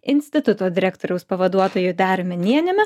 instituto direktoriaus pavaduotoju dariumi nieniumi